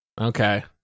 Okay